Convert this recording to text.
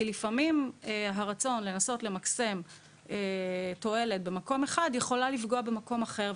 לפעמים הרצון לנסות למקסם תועלת במקום אחד יכולה לפגוע במקום אחר.